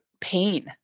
pain